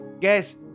guess